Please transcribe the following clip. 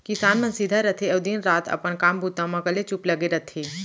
किसान मन सीधा रथें अउ दिन रात अपन काम बूता म कलेचुप लगे रथें